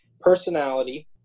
personality